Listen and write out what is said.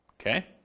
Okay